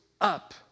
up